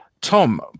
Tom